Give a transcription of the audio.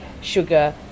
sugar